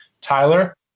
Tyler